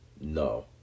no